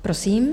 Prosím.